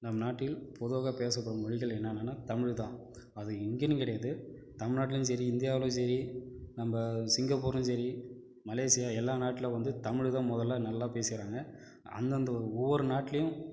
நம் நாட்டில் பொதுவாக பேசப்படும் மொழிகள் என்னென்னன்னா தமிழ் தான் அது இங்கேனு கிடையாது தமில்நாட்லேயும் சரி இந்தியாவுலேயும் சரி நம்ம சிங்கப்பூர்லேயும் சரி மலேசியா எல்லா நாட்டுல வந்து தமிழ் தான் முதல நல்லா பேசிடுறாங்க அந்தந்த ஒவ்வொரு நாட்லேயும்